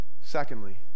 Secondly